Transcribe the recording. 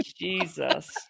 Jesus